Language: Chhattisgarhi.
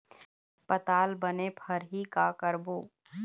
पताल बने फरही का करबो?